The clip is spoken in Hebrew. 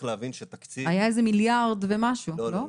היה איזה מיליארד ומשהו, לא?